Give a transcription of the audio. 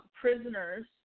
Prisoners